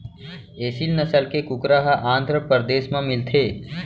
एसील नसल के कुकरा ह आंध्रपरदेस म मिलथे